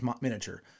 miniature